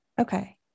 Okay